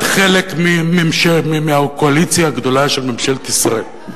את חלק מהקואליציה הגדולה של ממשלת ישראל.